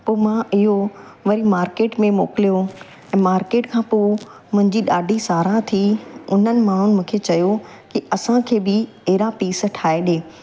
पोइ मां इहो वरी मार्किट में मोकिलियो ऐं मार्किट खां पोइ मुंहिंजी ॾाढी साराह थी उन्हनि माण्हू मूंखे चयो की असांखे बि अहिड़ा पीस ठाहे ॾे